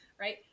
Right